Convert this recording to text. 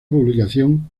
publicación